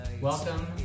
Welcome